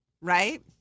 Right